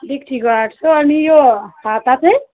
डेक्चीको आठ सय अनि यो हाता चाहिँ